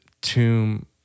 tomb